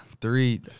three